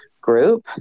group